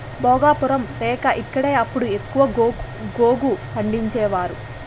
భోగాపురం, రేగ ఇక్కడే అప్పుడు ఎక్కువ గోగు పంటేసేవారు